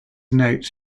notes